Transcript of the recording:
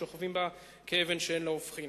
השוכבים בה כאבן שאין לה הופכין.